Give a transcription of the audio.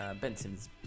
Benson's